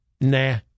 Nah